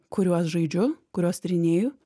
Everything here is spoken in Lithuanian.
kuriuos žaidžiu kuriuos tyrinėju